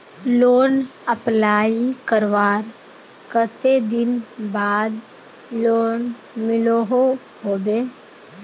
Loan apply करवार कते दिन बाद लोन मिलोहो होबे?